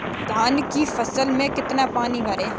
धान की फसल में कितना पानी भरें?